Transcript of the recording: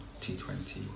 T20